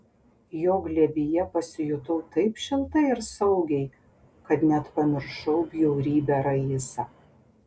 jo glėbyje pasijutau taip šiltai ir saugiai kad net pamiršau bjaurybę raisą